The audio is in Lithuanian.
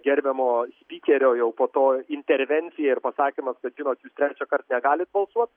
gerbiamo spykerio jau po to intervencija ir pasakymas kad žinot trečiąkart negalit balsuot